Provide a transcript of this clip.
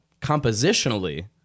compositionally